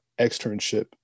externship